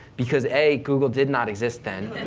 because a, google did not exist then.